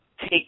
take